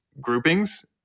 groupings